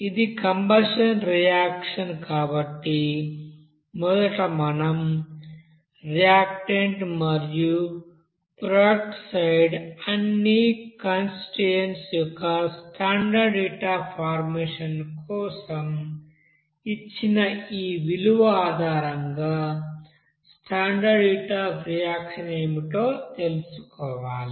ఇది combustion reaction కాబట్టి మొదట మనం రియాక్టన్స్ మరియు ప్రోడక్ట్ సైడ్ అన్ని కాన్స్టిట్యూయెంట్స్ యొక్క స్టాండర్డ్ హీట్ అఫ్ ఫార్మేషన్ కోసం ఇచ్చిన ఈ విలువ ఆధారంగా స్టాండర్డ్ హీట్ అఫ్ రియాక్షన్ ఏమిటో తెలుసుకోవాలి